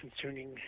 concerning